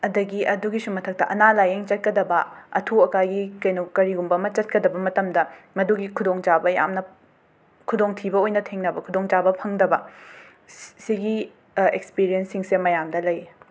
ꯑꯗꯒꯤ ꯑꯗꯨꯒꯤꯁꯨ ꯃꯊꯛꯇ ꯑꯅꯥ ꯂꯥꯌꯦꯡ ꯆꯠꯀꯗꯕ ꯑꯊꯨ ꯑꯀꯥꯏꯒꯤ ꯀꯩꯅꯣ ꯀꯔꯤꯒꯨꯝꯕ ꯑꯃ ꯆꯠꯀꯗꯕ ꯃꯇꯝꯗ ꯃꯗꯨꯒꯤ ꯈꯨꯗꯣꯡꯆꯥꯕ ꯌꯥꯝꯅ ꯈꯨꯗꯣꯡꯊꯤꯕ ꯑꯣꯏꯅ ꯊꯡꯅꯕ ꯈꯨꯗꯣꯡꯆꯥꯕ ꯐꯪꯗꯕ ꯁ ꯁꯤꯒꯤ ꯑꯦꯛꯁꯄꯤꯔꯦꯟꯁꯤꯡꯁꯦ ꯃꯌꯥꯝꯗ ꯂꯩꯌꯦ